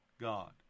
God